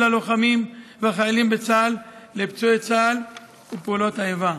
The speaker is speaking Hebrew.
הלוחמים והחיילים בצה"ל לפצועי צה"ל ופעולות האיבה.